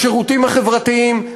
בשירותים החברתיים,